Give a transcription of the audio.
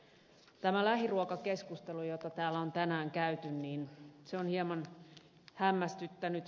tämä lähiruokakeskustelu jota täällä on tänään käyty on hieman hämmästyttänyt